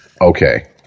Okay